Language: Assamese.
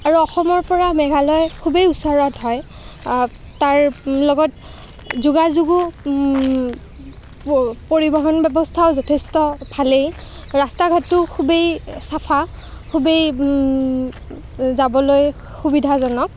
আৰু অসমৰ পৰা মেঘালয় খুবেই ওচৰত হয় তাৰ লগত যোগাযোগো পৰিবহণ ব্যৱস্থাও যথেষ্ট ভালেই ৰাস্তা ঘাটো খুবেই চাফা খুবেই যাবলৈ সুবিধাজনক